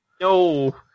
No